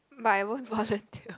but I won't volunteer